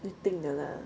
一定的 lah